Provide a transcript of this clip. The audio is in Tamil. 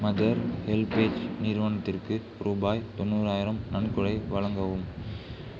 மதர் ஹெல்பேஜ் நிறுவனத்திற்க்கு ரூபாய் தொண்ணூறாயிரம் நன்கொடை வழங்கவும்